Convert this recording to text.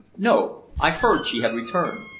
no. i heard she had returned.